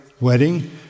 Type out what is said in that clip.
wedding